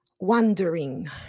wondering